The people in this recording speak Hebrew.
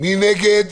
מי נגד?